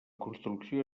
construcció